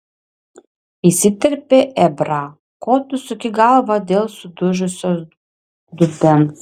įsiterpė ebrą ko tu suki galvą dėl sudužusio dubens